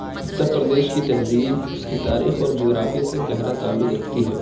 اتر پردیش کی تہذیب اس کی تاریخ اور جغرافیے سے گہرا تعلق رکھتی ہے